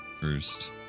first